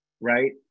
right